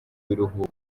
biruhuko